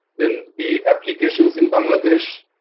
then the applications in bangladesh.